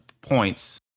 points